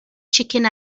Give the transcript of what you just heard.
chicken